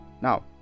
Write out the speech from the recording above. now